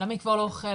למה היא כבר לא אוכלת?